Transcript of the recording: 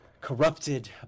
corrupted